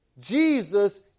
Jesus